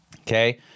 okay